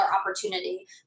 opportunity